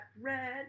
red